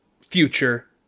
future